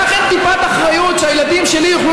לך אין טיפת אחריות שהילדים שלי יוכלו